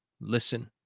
listen